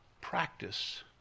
Practice